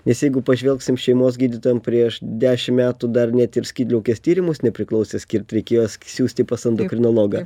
nes jeigu pažvelgsim šeimos gydytojam prieš dešim metų dar net ir skydliaukės tyrimus nepriklausė skirt reikėjo siųsti pas endokrinologą